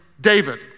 David